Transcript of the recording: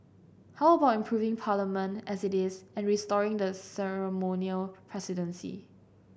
how about improving Parliament as it is and restoring the ceremonial presidency